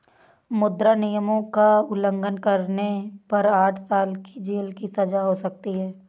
मुद्रा नियमों का उल्लंघन करने पर आठ साल की जेल की सजा हो सकती हैं